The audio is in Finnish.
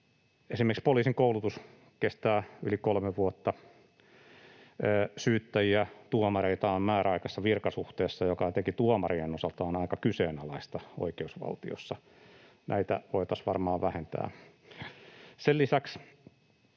esimerkiksi poliisin koulutus kestää yli kolme vuotta ja syyttäjiä ja tuomareita on määräaikaisessa virkasuhteessa, mikä etenkin tuomarien osalta on aika kyseenalaista oikeusvaltiossa. Näitä voitaisiin varmaan vähentää.